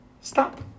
stop